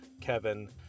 kevin